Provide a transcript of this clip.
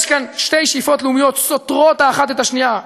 יש כאן שתי שאיפות לאומיות שסותרות האחת את השנייה,